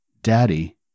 daddy